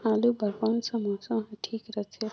आलू बार कौन सा मौसम ह ठीक रथे?